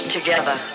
together